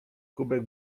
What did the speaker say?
kubek